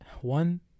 one